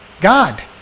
God